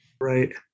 Right